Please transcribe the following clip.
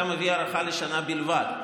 אתה מביא הארכה בשנה בלבד.